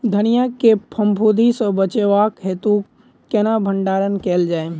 धनिया केँ फफूंदी सऽ बचेबाक हेतु केना भण्डारण कैल जाए?